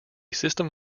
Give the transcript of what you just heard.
system